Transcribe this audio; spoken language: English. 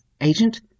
agent